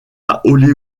holiday